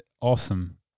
awesome